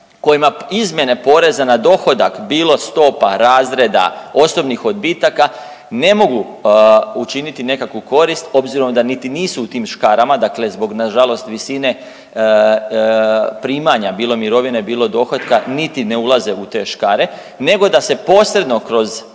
kojima izmjene poreza na dohodak bilo stopa, razreda, osobnih odbitaka ne mogu učiniti nekakvu korist obzirom da niti nisu u tim škarama, dakle zbog na žalost visine primanja bilo mirovine, bilo dohotka niti ne ulaze u te škare, nego da se posredno kroz